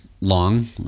long